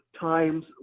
times